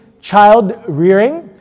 Child-rearing